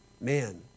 man